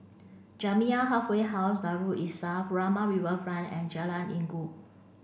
Jamiyah Halfway House Darul Islah Furama Riverfront and Jalan Inggu